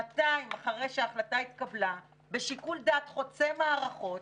שנתיים אחרי שההחלטה התקבלה בשיקול דעת חוצה מערכות,